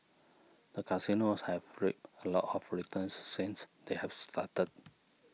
the casinos have reaped a lot of returns since they have started